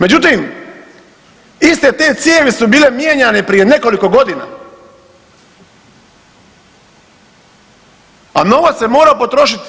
Međutim, iste te cijevi su bile mijenjane prije nekoliko godina, a novac se morao potrošiti.